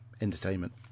entertainment